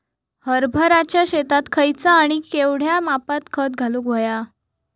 हरभराच्या शेतात खयचा आणि केवढया मापात खत घालुक व्हया?